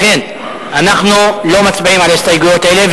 לכן אנחנו לא מצביעים על ההסתייגויות האלה,